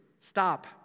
stop